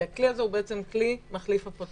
כי הכלי הזה הוא כלי שמחליף אפוטרופסות.